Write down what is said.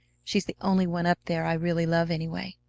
she's the only one up there i really love, anyway.